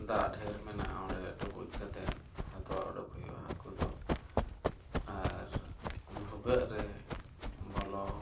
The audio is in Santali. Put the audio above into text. ᱫᱟᱜ ᱰᱷᱮᱹᱨ ᱢᱮᱱᱟᱜᱼᱟ ᱚᱸᱰᱮ ᱰᱩᱵᱩᱡ ᱠᱟᱛᱮᱫ ᱦᱟᱛᱣᱟ ᱚᱰᱚᱠ ᱦᱩᱭᱩᱜᱼᱟ ᱦᱟᱹᱠᱩ ᱫᱚ ᱟᱨ ᱵᱷᱩᱜᱟᱹᱜ ᱨᱮ ᱵᱚᱞᱚ